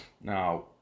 Now